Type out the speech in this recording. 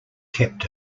kept